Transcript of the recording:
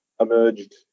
emerged